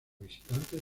visitantes